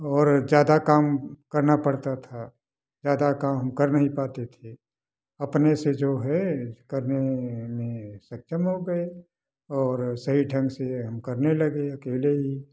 और ज़्यादा काम करना पड़ता था ज़्यादा काम हम कर नहीं पाते थे अपने से जो है करने में में सक्षम हो गए और सही ढंग से हम करने लगे अकेले ही